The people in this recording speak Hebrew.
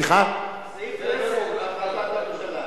סעיף 10 להחלטת הממשלה.